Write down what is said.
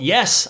Yes